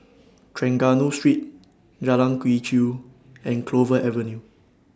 Trengganu Street Jalan Quee Chew and Clover Avenue